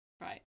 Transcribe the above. Right